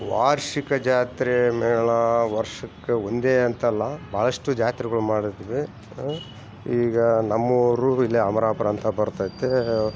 ವಾರ್ಷಿಕ ಜಾತ್ರೆ ಮೇಳಾ ವರ್ಷಕ್ಕೆ ಒಂದೇ ಅಂತಲ್ಲ ಭಾಳಷ್ಟು ಜಾತ್ರೆಗಳು ಮಾಡಿರ್ತೀವಿ ಈಗ ನಮ್ಮೂರು ಇಲ್ಲೇ ಅಮರಾಪೂರ ಅಂತ ಬರ್ತೈತೆ